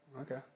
Okay